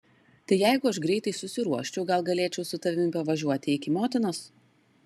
tai jeigu aš greitai susiruoščiau gal galėčiau su tavimi pavažiuoti iki motinos